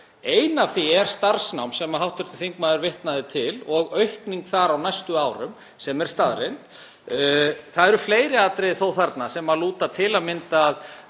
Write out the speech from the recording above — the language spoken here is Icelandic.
Ein af þeim er starfsnám, sem hv. þingmaður vitnaði til, og aukning þar á næstu árum, sem er staðreynd. Það eru þó fleiri atriði þarna sem lúta til að mynda að